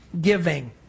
giving